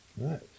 right